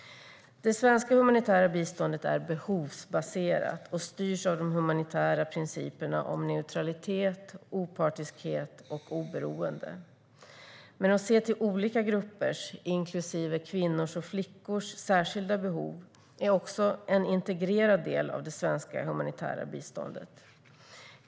Det svenska humanitära biståndet är behovsbaserat och styrs av de humanitära principerna om neutralitet, opartiskhet och oberoende. Att se till olika gruppers, inklusive kvinnors och flickors, särskilda behov är också en integrerad del av det svenska humanitära biståndet.